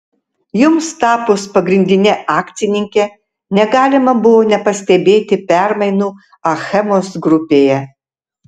jums tapus pagrindine akcininke negalima buvo nepastebėti permainų achemos grupėje